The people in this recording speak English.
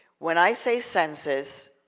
when i say census,